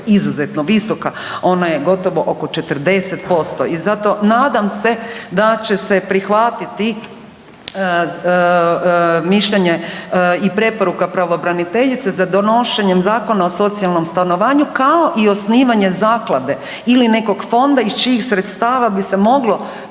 izuzetno visoka, ona je gotovo oko 40%. I zato nadam se da će se prihvatiti mišljenje i preporuka pravobraniteljice za donošenjem Zakona o socijalnom stanovanju kao i osnivanje zaklade ili nekog fonda iz čijih sredstava bi se moglo